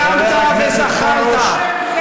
איימת וזחלת.